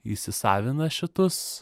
įsisavina šitus